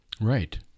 Right